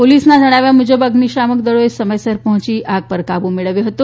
પોલીસના ણાવ્યા મુ બ અઝિશામક દળોએ સમયસર પહોંચી આગ પર કાબુ મળવ્યો હતો